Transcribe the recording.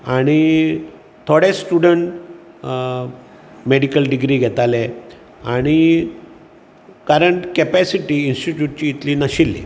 आनी थोडे स्टुडंट अ मेडिकल डिग्री घेताले आनी कारण केपेसिटी इन्स्टिट्यूटची इतली नाशिल्ली